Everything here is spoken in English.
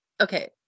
okay